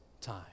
time